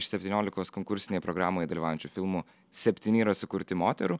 iš septyniolikos konkursinėje programoje dalyvaujančių filmų septyni yra sukurti moterų